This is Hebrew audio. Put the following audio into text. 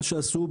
מה שעשו,